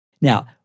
Now